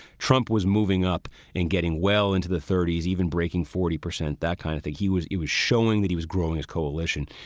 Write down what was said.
trump was moving up and getting well into the thirty s, even breaking forty percent, that kind of thing. he was it was showing that he was growing his coalition.